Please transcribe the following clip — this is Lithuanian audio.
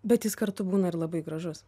bet jis kartu būna ir labai gražus